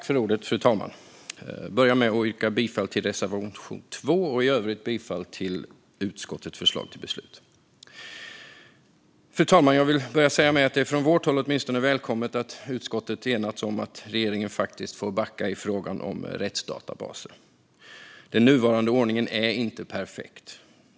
Fru talman! Jag börjar med att yrka bifall till reservation 2 och i övrigt bifall till utskottets förslag till beslut. Fru talman! Jag vill säga att det, åtminstone från vårt håll, är välkommet att utskottet har enats om att regeringen faktiskt får backa i frågan om rättsdatabaser. Den nuvarande ordningen är inte perfekt.